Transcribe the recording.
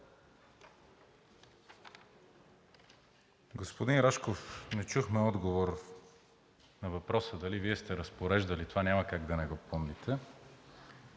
Господин Рашков, не чухме отговор на въпроса дали Вие сте разпореждали – това няма как да не го помните.